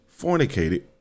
fornicated